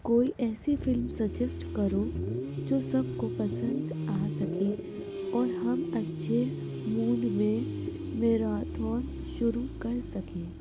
کوئی ایسی film suggest کرو جو سب کو پسند آ سکے اور ہم اچھے موڈ میں میراتھون شروع کر سکیں